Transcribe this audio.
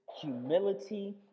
humility